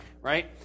right